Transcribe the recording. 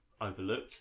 overlooked